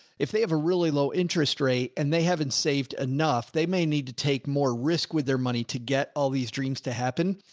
if they have a really low interest rate and they haven't saved enough, they may need to take more risk with their money to get all these dreams to happen.